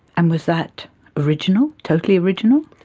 and was that original, totally original?